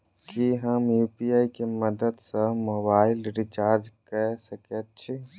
की हम यु.पी.आई केँ मदद सँ मोबाइल रीचार्ज कऽ सकैत छी?